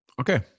Okay